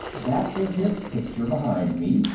that is his picture, behind me.